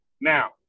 Now